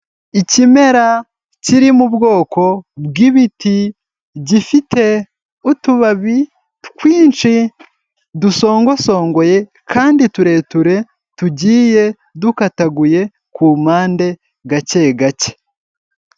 Ikimera kiri mu bwoko bw'ibiti gifite utubabi twinshi dusongosongoye kandi tureture tugiye dukataguye ku mpande gake gake.